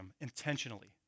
intentionally